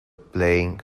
playing